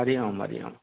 हरिओम हरिओम